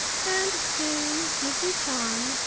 and soon yuki chan,